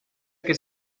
que